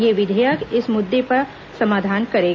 ये विधेयक इस मुद्दे का समाधान करेगा